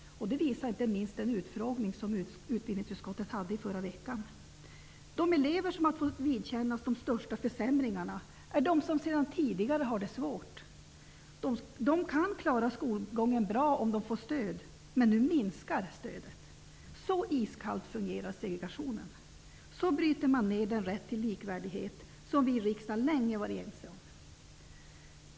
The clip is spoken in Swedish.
Det visar inte minst den utfrågning som utbildningsutskottet hade förra veckan. De elever som har fått vidkännas de största försämringarna är de som sedan tidigare har det svårt. De kan klara skolgången bra om de får stöd, men nu minskar stödet. Så iskallt fungerar segregationen! Så bryter man ner den rätt till likvärdighet som vi i riksdagen länge har varit ense om!